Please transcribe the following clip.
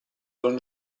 don